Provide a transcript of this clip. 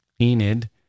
Enid